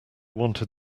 wanted